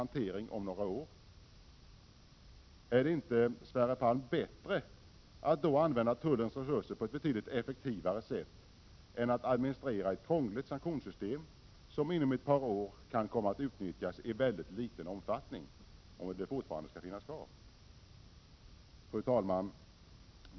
1987/88:21 hantering om några år. Är detinte då, Sverre Palm, bättre att använda tullens 11 november 1987 resurser på ett betydligt effektivare sätt än att administrera ett krångligt — An, ml noostmimo sanktionssystem, som inom ett par år kan komma att utnyttjas i mycket liten omfattning, om det fortfarande skall finnas kvar? Fru talman!